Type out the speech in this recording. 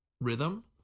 rhythm